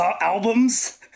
albums